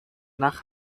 nach